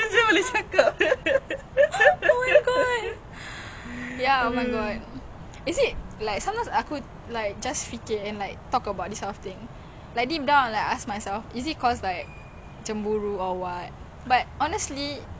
but like macam it just like sakit hati the way they talk to us is like that